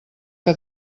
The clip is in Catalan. que